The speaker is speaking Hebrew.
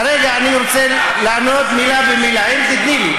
כרגע אני רוצה לענות מילה במילה, אם תיתני לי.